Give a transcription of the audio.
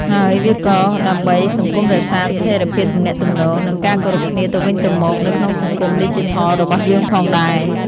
ហើយ វាក៏ដើម្បីសង្គមរក្សាស្ថិរភាពទំនាក់ទំនង និងការគោរពគ្នាទៅវិញទៅមកនៅក្នុងសង្គមឌីជីថលរបស់យើងផងដែរ។